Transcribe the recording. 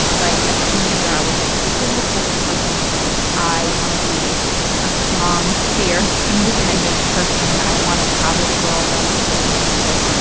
like as a teenager i was like, this is the type of person i want to be. i want to be a strong, fierce, independent person. i wanna travel the world. i wanna do this. i wanna do that.